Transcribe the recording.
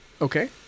Okay